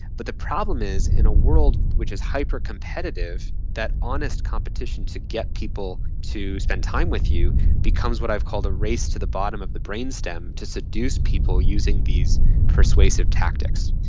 but the problem is in a world which is hypercompetitive, that honest competition to get people to spend time with you becomes what i've called a race to the bottom of the brainstem to seduce people using these persuasive tactics.